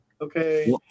Okay